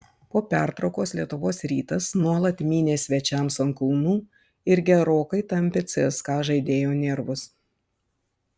po pertraukos lietuvos rytas nuolat mynė svečiams ant kulnų ir gerokai tampė cska žaidėjų nervus